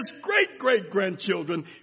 great-great-grandchildren